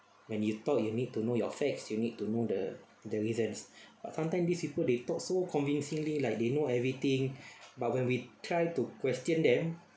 when you talk you need to know your facts you need to know the the reasons but sometime this people they talk so convincingly like they know everything but when we try to question them